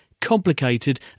complicated